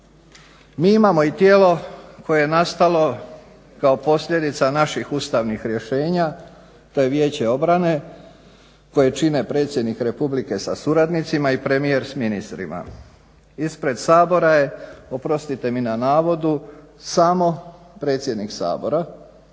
Mi imamo i tijelo koje je nastalo kao posljedica naših ustavnih rješenja. To je Vijeće obrane kojeg čine Predsjednik Republike sa suradnicima i premijer s ministrima. Ispred Sabora je oprostite mi na navodu samo predsjednik Sabora